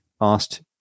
asked